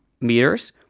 meters